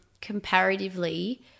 comparatively